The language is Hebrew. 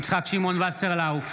יצחק שמעון וסרלאוף,